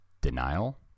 denial